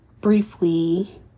briefly